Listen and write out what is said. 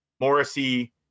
Morrissey